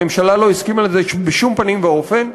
הממשלה לא הסכימה לזה בשום פנים ואופן,